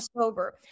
sober